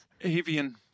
Avian